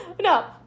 No